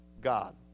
God